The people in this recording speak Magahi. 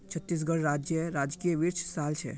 छत्तीसगढ़ राज्येर राजकीय वृक्ष साल छे